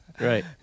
right